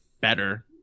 better